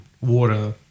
water